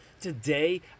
Today